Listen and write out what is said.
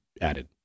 added